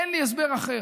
אין לי הסבר אחר.